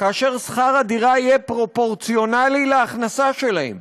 כאשר שכר הדירה יהיה פרופורציונלי להכנסה שלהם.